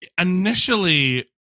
initially